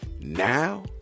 now